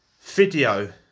video